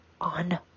on